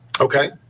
Okay